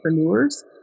entrepreneurs